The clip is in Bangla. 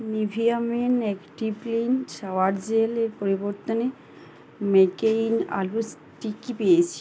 Nivea men active clean shower gel এর পরিবর্তনে ম্যাককেইন আলু টিক্কি পেয়েছি